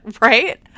right